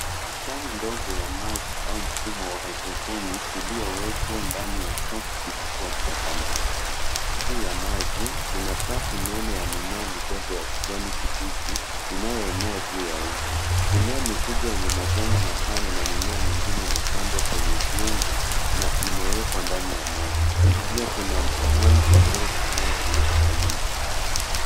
Bustani ndogo ya maji au mfumo wa hydroponics uliowekwa ndani ya chumba kikubwa cha samawati. Juu ya maji kuna safu nene ya mimea midogo ya kijani kibichi inayo enea juu ya uso. Mimea mikubwa yenye majani mapana na mimea mingine imepandwa kwenye viungu na imewekwa ndani ya maji pia kuna muanzi mrefu unaotumika kama misaada.